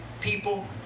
people